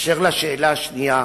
אשר לשאלה השנייה,